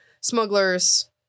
smugglers